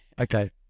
Okay